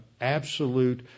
absolute